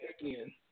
again